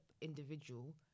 individual